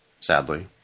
Sadly